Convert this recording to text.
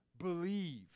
believe